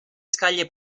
scaglie